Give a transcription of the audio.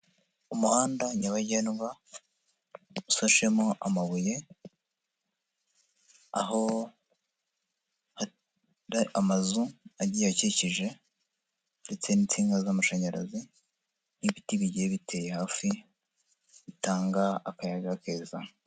Umuhanda nyabagendwa usashemo amabuye, aho hari amazu agiye hakikije ndetse n'insinga z'amashanyarazi n'ibiti bigiye biteye hafi bitanga akayaga keza.